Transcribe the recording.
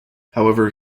however